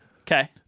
Okay